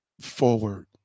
forward